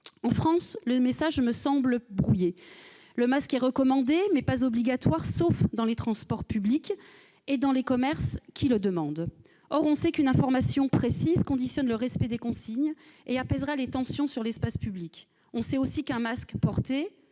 En France, ce message me semble brouillé. Le masque est recommandé, mais pas obligatoire, sauf dans les transports publics et dans les commerces qui le demandent. Or on sait qu'une information précise conditionnerait le respect des consignes et apaiserait les tensions dans l'espace public. On sait aussi que l'efficacité